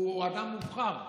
הוא אדם מובחר.